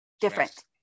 Different